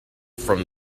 from